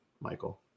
Michael